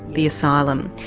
the asylum,